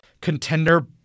contender